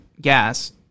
gas